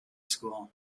school